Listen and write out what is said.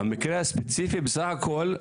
המקרה הספציפי בסך הכול,